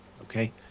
okay